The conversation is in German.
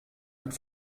mit